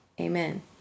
Amen